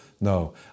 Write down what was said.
No